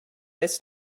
this